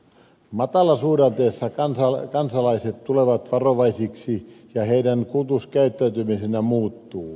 matalasuhdanteessa kansalaiset tulevat varovaisiksi ja heidän kulutuskäyttäytymisensä muuttuu